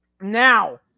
Now